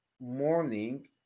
morning